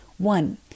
One